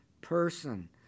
person